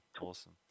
awesome